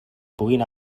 puguin